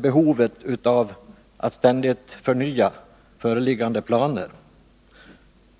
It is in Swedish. Behovet av att ständigt förnya föreliggande planer